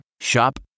Shop